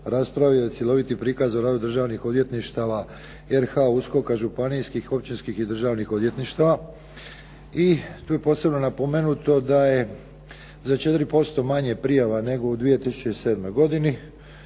raspravio je cjeloviti prikaz o radu državnih odvjetništava RH, USKOK-a županijskih, općinskih i državnih odvjetništava i tu je posebno napomenuto da je za 4% manje prijava nego u 2007. godini.